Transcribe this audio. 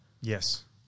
Yes